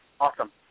Awesome